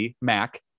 Mac